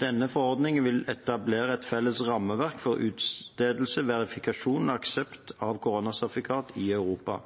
Denne forordningen vil etablere et felles rammeverk for utstedelse, verifikasjon og aksept av koronasertifikat i Europa.